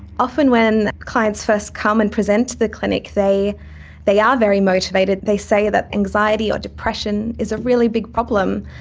often when clients first come and present to the clinic they they are very motivated, they say that anxiety or depression is a really big problem.